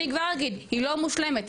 אני כבר אגיד היא לא מושלמת,